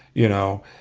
you know.